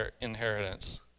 inheritance